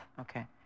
Okay